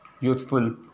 youthful